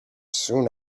soon